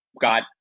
got